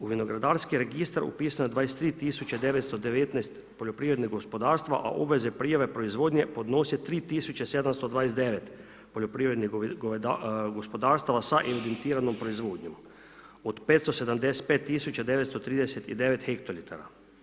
U vinogradarski registar upisano je 23919 poljoprivrednih gospodarstva, a obveze prijave proizvodnje, podnosi 3729 poljoprivrednih gospodarstava sa evidentiranom proizvodnjom, od 575939 hektolitara.